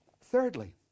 Thirdly